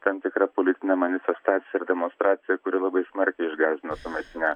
tam tikra politine manifestacija ir demonstracija kuri labai smarkiai išgąsdino tuometinę